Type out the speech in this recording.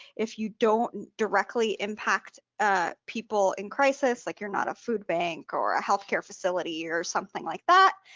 if you don't directly impact ah people in crisis like you're not a food bank or a health care facility or something like that,